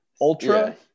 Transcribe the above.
Ultra